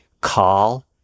call